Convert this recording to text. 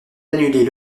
annulée